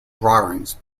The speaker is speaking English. drawings